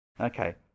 Okay